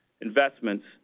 investments